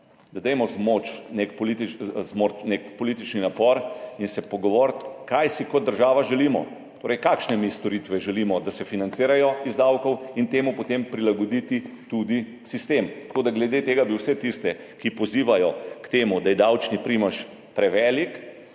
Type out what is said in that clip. da bomo vložili nek politični napor in se pogovorili, kaj si kot država želimo, kakšne storitve mi želimo, da se financirajo iz davkov, in temu potem prilagodimo tudi sistem. Tako da bi glede tega vse tiste, ki pozivajo k temu, da je davčni primež prevelik,